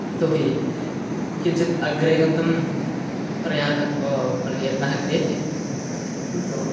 यतो हि किञ्चित् अग्रे गन्तुं प्रयासं प्रयत्नं क्रियते किन्तु